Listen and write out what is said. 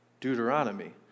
Deuteronomy